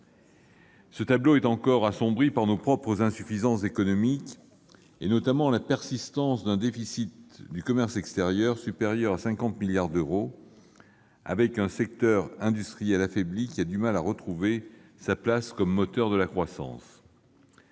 Ce tableau est encore assombri par nos propres insuffisances économiques, notamment la persistance d'un déficit du commerce extérieur supérieur à 50 milliards d'euros, avec un secteur industriel affaibli qui a du mal à retrouver sa place de moteur de la croissance.